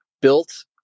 built